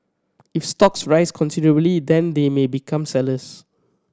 if stocks rise considerably then they may become sellers